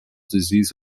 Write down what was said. disease